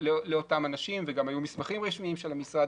לאותם אנשים וגם היו מסמכים רשמיים של המשרד,